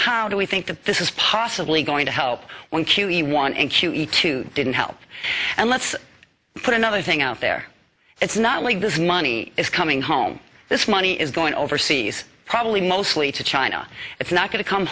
how do we think that this is possibly going to help one q e one and q e two didn't help and let's put another thing out there it's not like this money is coming home this money is going overseas probably mostly to china it's not going to come